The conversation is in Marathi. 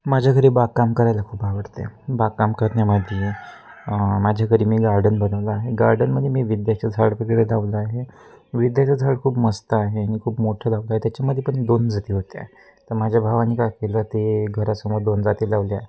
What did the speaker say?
माझ्या घरी बागकाम करायला खूप आवडते बागकाम करण्यामध्ये माझ्या घरी मी गार्डन बनवलं आहे गार्डनमध्ये मी विद्येचं झाड वगैरे लावलं आहे विद्येचं झाड खूप मस्त आहे आणि खूप मोठं लावलं त्याच्यामध्ये पण दोन जाती होते तर माझ्या भावाने काय केलं ते घरासमोर दोन जाती लावले आहे